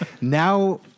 Now